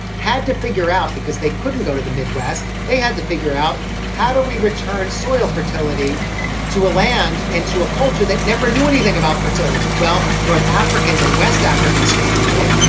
had to figure out because they couldn't go to the midwest. they had to figure out how do we return soil fertility to a land, into a culture that never knew anything about fertility? well, north africans and west africans certainly did.